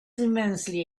immensely